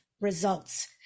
Results